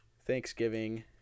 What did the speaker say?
Thanksgiving